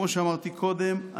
כמו שאמרתי קודם,